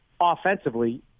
offensively